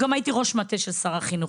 וגם הייתי ראש מטה של שר החינוך.